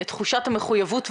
את תחושת המחויבות,